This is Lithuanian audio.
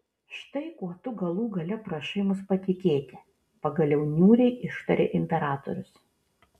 štai kuo tu galų gale prašai mus patikėti pagaliau niūriai ištarė imperatorius